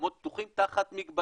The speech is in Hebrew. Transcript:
ומקומות פתוחים תחת מגבלות.